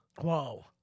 Whoa